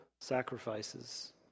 sacrifices